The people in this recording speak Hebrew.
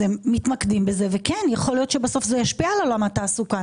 הן מתמקדות בזה וכן יכול להיות שבסוף זה ישפיע על עולם התעסוקה.